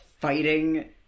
fighting